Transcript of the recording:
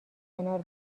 کنار